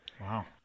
Wow